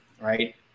right